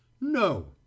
No